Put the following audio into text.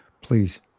please